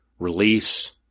Release